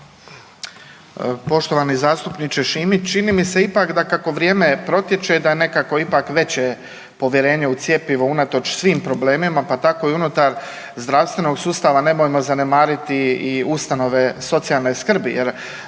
Poštovani zastupniče Šimić. Čini mi se ipak da kako vrijeme protiče da je nekako ipak veće povjerenje u cjepivo unatoč svim problemima pa tako i unutar zdravstvenog sustava. Nemojmo zanemariti i ustanove socijalne skrbi